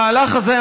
המהלך הזה,